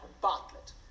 Bartlett